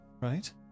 right